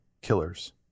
killers